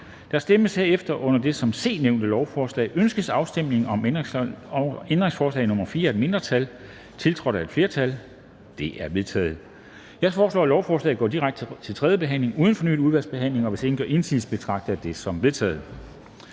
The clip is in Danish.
Der stemmes herefter om det under C nævnte lovforslag: Ønskes afstemning om ændringsforslag nr. 4 af et mindretal (EL), tiltrådt af et flertal (udvalget med undtagelse af S og SF)? Det er vedtaget. Jeg foreslår, at lovforslagene går direkte til tredje behandling uden fornyet udvalgsbehandling. Hvis ingen gør indsigelse, betragter jeg det som vedtaget.